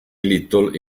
little